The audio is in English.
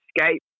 escape